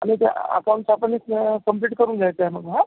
आणि ते अकाऊंटचं आपण एक कंप्लीट करून घ्यायचं आहे मग हां